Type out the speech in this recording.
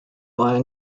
via